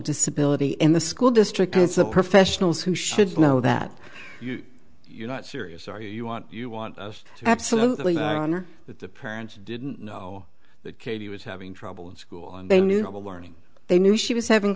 disability in the school district is the professionals who should know that you're not serious are you want you want us to absolutely not honor that the parents didn't know that katie was having trouble in school and they knew of a learning they knew she was having